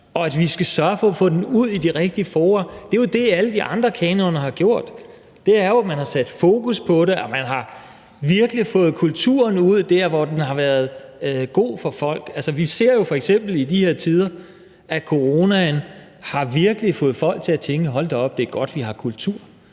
og at vi skal sørge for at få den ud i de rigtige fora. Det er jo det, alle de andre kanoner har gjort: Man har sat fokus på det, og man har virkelig fået kulturen ud der, hvor den har været god for folk. Altså, vi ser jo f.eks. i de her tider, at coronaen virkelig har fået folk til at tænke: Hold da op, det er godt, at vi har kultur.